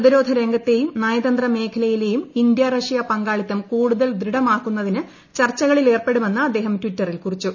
പ്രതിരോധ രംഗഭ്ത്ത്യും നയതന്ത്ര മേഖലയിലെയും ഇന്ത്യ റഷ്യ പങ്കാളിത്ത്ക്കു കൂടുതൽ ദൃഢമാക്കുന്നതിന് ചർച്ചകളിലേർപ്പെടുമെന്ന് അദ്ദേഹം ടിറ്ററിൽ കുറിച്ചു